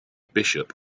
bishop